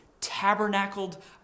tabernacled